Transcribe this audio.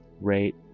rate